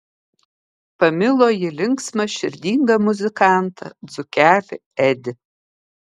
pamilo ji linksmą širdingą muzikantą dzūkelį edį